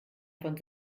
von